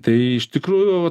tai iš tikrųjų